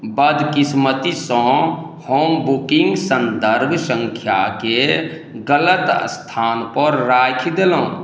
बदकिस्मतीसँ हम बुकिंग सन्दर्भ सङ्ख्याके गलत स्थानपर राखि देलहुॅं